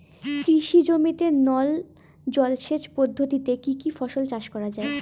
কৃষি জমিতে নল জলসেচ পদ্ধতিতে কী কী ফসল চাষ করা য়ায়?